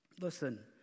Listen